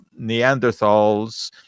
Neanderthals